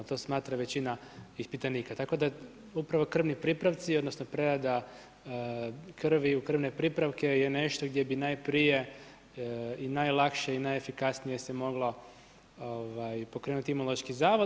To smatra većina ispitanika, tako da upravo krvni pripravci, odnosno prerada krvi u krvne pripravke je nešto gdje bi najprije i najlakše i najefikasnije se moglo pokrenuti Imunološki zavod.